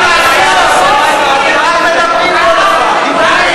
הבעיה היא, חברת הכנסת רגב.